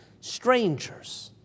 strangers